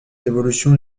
l’évolution